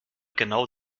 genau